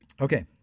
Okay